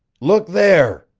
look there!